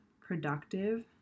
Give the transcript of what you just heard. productive